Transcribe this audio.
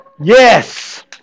Yes